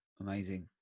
Amazing